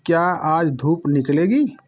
क्या आज धूप निकलेगी